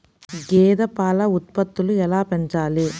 గేదె పాల ఉత్పత్తులు ఎలా పెంచాలి?